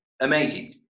amazing